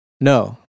No